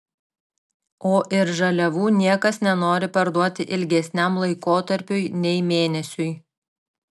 o ir žaliavų niekas nenori parduoti ilgesniam laikotarpiui nei mėnesiui